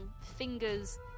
fingers